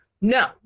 no